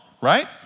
right